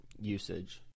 usage